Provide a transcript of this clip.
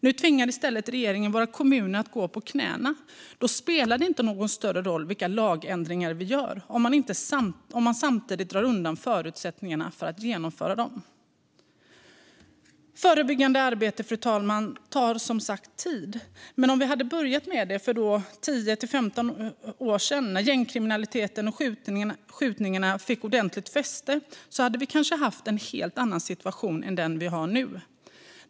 Nu tvingar i stället regeringen våra kommuner att gå på knäna. Det spelar inte någon större roll vilka lagändringar man gör om man samtidigt drar undan förutsättningarna att genomföra dem. Förebyggande arbete tar som sagt tid, fru talman. Men om vi hade börjat med det då för 10-15 år sedan när gängkriminaliteten och skjutningarna fick ordentligt fäste hade vi kanske haft en helt annan situation än den vi har nu.